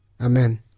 Amen